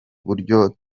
buryo